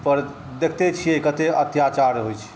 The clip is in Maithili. पर देखिते छिए कतेक अत्याचार होइ छै